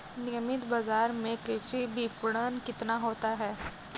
नियमित बाज़ार में कृषि विपणन कितना होता है?